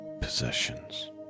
possessions